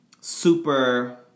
super